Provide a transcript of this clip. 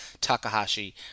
Takahashi